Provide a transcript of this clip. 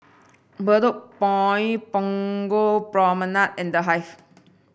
Bedok Point Punggol Promenade and The Hive